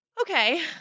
Okay